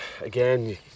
again